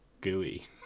gooey